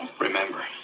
Remember